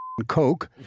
Coke